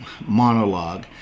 monologue